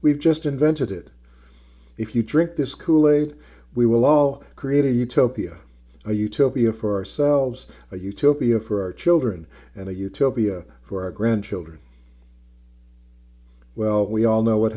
we've just invented it if you drink this kool aid we will all create a utopia a utopia for ourselves a utopia for our children and a utopia for our grandchildren well we all know what